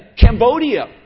Cambodia